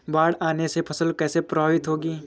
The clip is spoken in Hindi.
बाढ़ आने से फसल कैसे प्रभावित होगी?